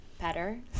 better